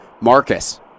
Marcus